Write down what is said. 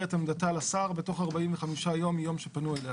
את עמדתה לשר בתוך 45 יום מיום שפנו אליה.